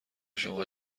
شما